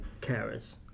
carers